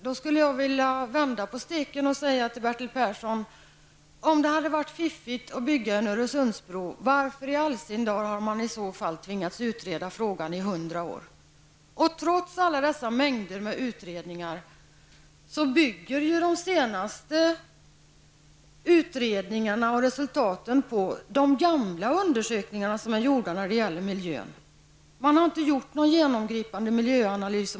Då skulle jag vilja vända på steken och säga till Bertil Persson: Om det hade varit fiffigt att bygga en Öresundsbro, varför i all sin dar har man tvingats utreda frågan i hundra år? Trots alla dessa mängder av utredningar bygger ju de senaste utredningarna och resultaten på de gamla undersökningar som är gjorda när det gäller miljö. Man har inte gjort någon genomgripande miljöanalys.